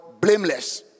blameless